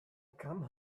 come